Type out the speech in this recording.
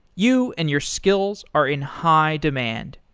you and your skills are in high demand.